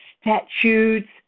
statutes